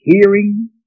hearing